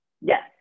Yes